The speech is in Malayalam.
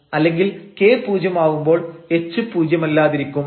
അല്ലെങ്കിൽ k പൂജ്യം ആവുമ്പോൾ h പൂജ്യമല്ലാതിരിക്കും